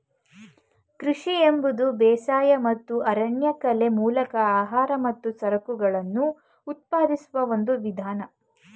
ಕೃಷಿ ಎಂಬುದು ಬೇಸಾಯ ಮತ್ತು ಅರಣ್ಯಕಲೆಯ ಮೂಲಕ ಆಹಾರ ಮತ್ತು ಸರಕುಗಳನ್ನು ಉತ್ಪಾದಿಸುವ ಒಂದು ವಿಧಾನ